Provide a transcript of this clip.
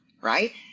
right